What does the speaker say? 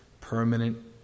permanent